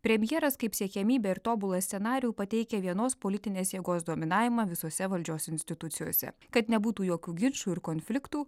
premjeras kaip siekiamybę ir tobulą scenarijų pateikia vienos politinės jėgos dominavimą visose valdžios institucijose kad nebūtų jokių ginčų ir konfliktų